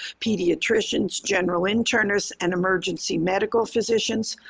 pediatricians, general internists, and emergency medical physicians,